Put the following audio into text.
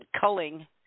culling